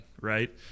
right